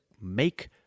make